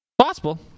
Possible